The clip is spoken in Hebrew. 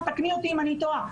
תקני אותי אם אני טועה.